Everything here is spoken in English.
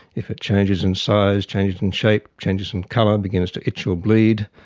if it changes in size, changes in shape, changes in colour, begins to itch or bleed,